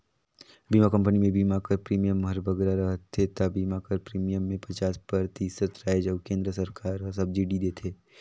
बीमा कंपनी में बीमा कर प्रीमियम हर बगरा रहथे ता बीमा कर प्रीमियम में पचास परतिसत राएज अउ केन्द्र सरकार हर सब्सिडी देथे